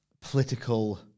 political